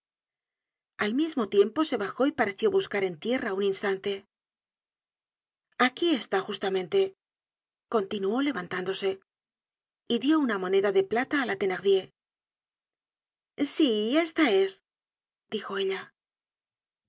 al mismo tiempo se bajó y pareció buscar en tierra un instante aquí está justamente continuó levantándose y dió una moneda de plata á la thenardier sí esta es dijo ella